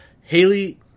Haley